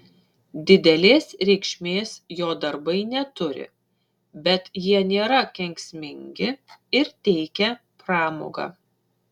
didelės reikšmės jo darbai neturi bet jie nėra kenksmingi ir teikia pramogą